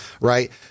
Right